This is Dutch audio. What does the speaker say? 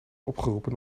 opgeroepen